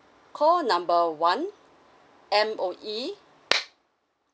call number one M_O_E